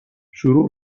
شروع